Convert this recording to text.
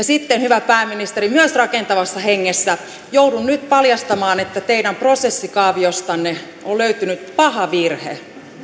sitten hyvä pääministeri myös rakentavassa hengessä joudun nyt paljastamaan että teidän prosessikaaviostanne on löytynyt paha virhe